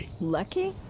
Lucky